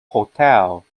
hotel